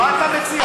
מה אתה מציע?